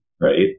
right